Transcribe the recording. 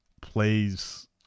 plays